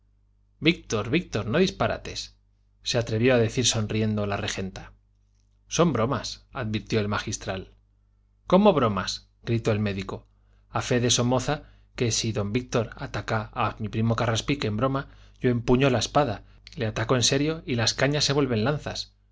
víctor víctor no disparates se atrevió a decir sonriendo la regenta son bromas advirtió el magistral cómo bromas gritó el médico a fe de somoza que sin don víctor ataca a mi primo carraspique en broma yo empuño la espada le ataco en serio y las cañas se vuelven lanzas